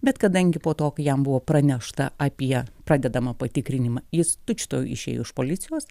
bet kadangi po to kai jam buvo pranešta apie pradedamą patikrinimą jis tučtuojau išėjo iš policijos